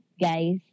guys